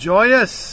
Joyous